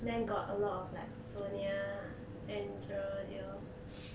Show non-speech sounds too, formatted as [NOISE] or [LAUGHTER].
then got a lot of like sonya andrea they all [BREATH]